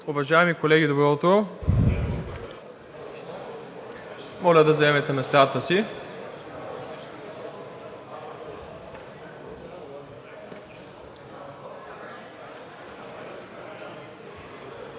Уважаеми колеги, моля да заемете местата си.